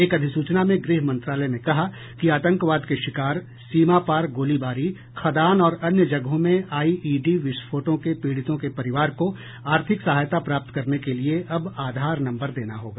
एक अधिसूचना में गृह मंत्रालय ने कहा कि आतंकवाद के शिकार सीमा पार गोलीबारी खदान और अन्य जगहों में आईईडी विस्फोटों के पीड़ितों के परिवार को आर्थिक सहायता प्राप्त करने के लिए अब आधार नम्बर देना होगा